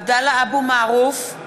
(קוראת בשמות חברי הכנסת) עבדאללה אבו מערוף,